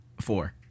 Four